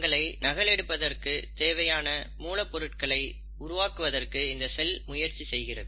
தங்களை நகலெடுப்பதன் தேவையான மூலப்பொருட்களை உருவாக்குவதற்கு இந்த செல் முயற்சி செய்கிறது